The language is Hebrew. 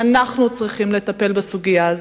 ואנחנו צריכים לטפל בסוגיה הזאת.